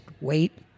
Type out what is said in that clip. wait